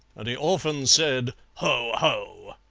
and he often said ho! ho!